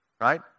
right